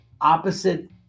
opposite